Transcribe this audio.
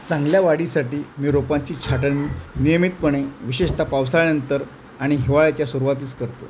चांगल्या वाढीसाठी मी रोपांची छाटणी नियमितपणे विशेषताः पावसाळ्यानंतर आणि हिवाळ्याच्या सुरुवातीस करतो